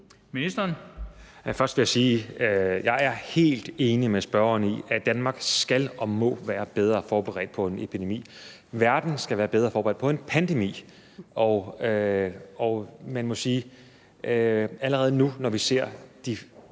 Heunicke): Først vil jeg sige: Jeg er helt enig med spørgeren i, at Danmark skal og må være bedre forberedt på en epidemi; verden skal være bedre forberedt på en pandemi. Og man må sige, at verdens førende